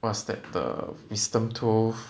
what's that the wisdom tooth